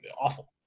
awful